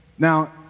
Now